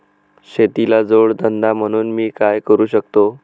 शेतीला जोड धंदा म्हणून मी काय करु शकतो?